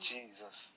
Jesus